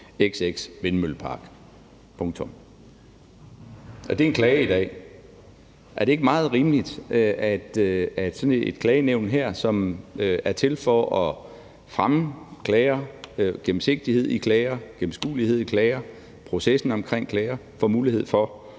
X vindmøllepark. Det er en klage i dag. Er det ikke meget rimeligt, at sådan et klagenævn her, som er til for at fremme klager, gennemsigtighed i klager, gennemskuelighed i klager, processen omkring klager, får mulighed for